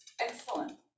excellent